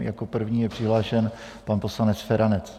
Jako první je přihlášen pan poslanec Feranec.